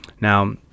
Now